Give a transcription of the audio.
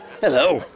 Hello